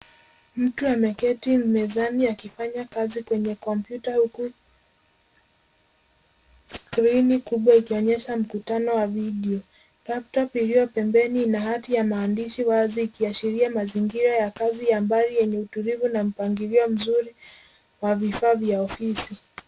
Mtu ameketi mezani akifanya kazi kwenye kompyuta huku skrini kubwa ikionyesha mkutano wa video . Laptop iliyo pembeni na hati ya maandishi wazi ikiashiria mazingira ya kazi ya mbali yenye utulivu na mpangilio mzuri wa vifaa vya ofisi.